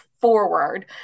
forward